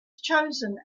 chosen